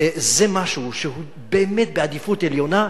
זה משהו שהוא באמת בעדיפות עליונה,